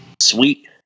Sweet